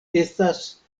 estas